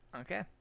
Okay